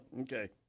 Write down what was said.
Okay